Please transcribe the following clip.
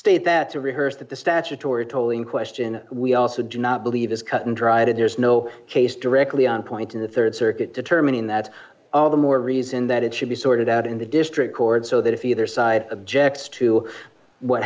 state that to rehearse that the statutory tolling question we also do not believe is cut and dried and there's no case directly on point in the rd circuit determining that all the more reason that it should be sorted out in the district court so that if either side objects to what